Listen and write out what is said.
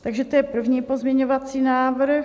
Takže to je první pozměňovací návrh.